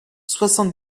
soixante